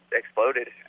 exploded